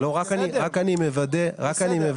רק אני מוודא.